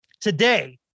today